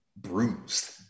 bruised